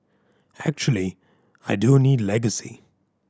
actually I don't need legacy